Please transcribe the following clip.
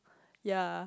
yea